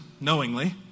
knowingly